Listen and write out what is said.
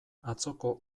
atzoko